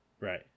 Right